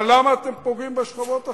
אבל למה אתם פוגעים בשכבות החלשות?